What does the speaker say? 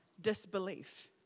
disbelief